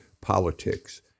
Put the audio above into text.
politics